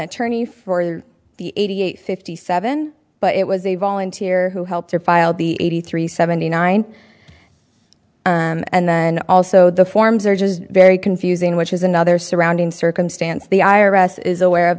attorney for the eighty eight fifty seven but it was a volunteer who helped her file the eighty three seventy nine and then also the forms are just very confusing which is another surrounding circumstance the i r s is aware of